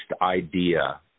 idea